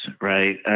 right